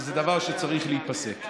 זה דבר שצריך להיפסק.